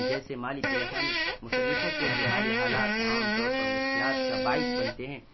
جیسے مالی پریشانی مصنفوں کے لیے مالی حالات عام طور پر مشکلات کا باعث بنتے ہیں